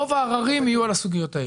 רוב העררים יהיו על הסוגיות הללו.